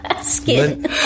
Skin